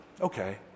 Okay